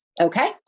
Okay